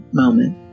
moment